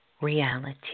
reality